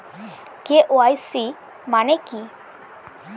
KYC মানে কি?